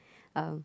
um